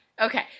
Okay